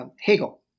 Hegel